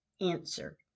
Answer